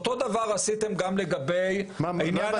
אותו דבר עשיתם גם לגבי עניין הפריצה --- לא הבנתי,